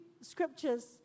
scriptures